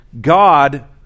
God